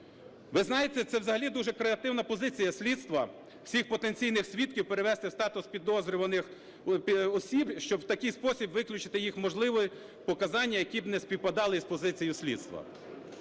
Ви знаєте, це взагалі дуже креативна позиція слідства – всіх потенційних свідків перевести у статус підозрюваних осіб, щоб у такий спосіб виключити їх можливі показання, які б не співпадали з позицією слідства.